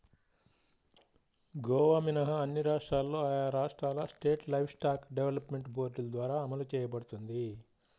గోవా మినహా అన్ని రాష్ట్రాల్లో ఆయా రాష్ట్రాల స్టేట్ లైవ్స్టాక్ డెవలప్మెంట్ బోర్డుల ద్వారా అమలు చేయబడుతోంది